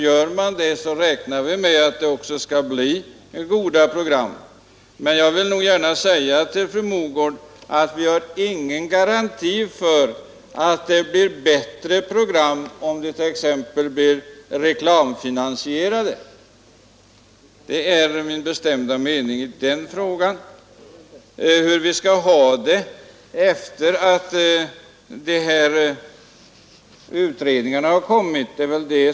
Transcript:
Gör man det så räknar vi med att det också skall bli goda 91 5 december 1972 bestämda mening. -— Vad det är fråga om är hur vi skall ha det ordnat efter det att de pågående utredningarna har framlagt sina förslag.